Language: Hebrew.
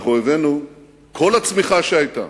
כל הצמיחה שהיתה,